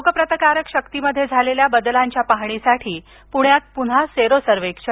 रोगप्रतिकारक शक्तीमध्ये झालेल्या बदलाच्या पाहणीसाठी पुण्यात पुन्हा सेरो सर्वेक्षण